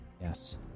Yes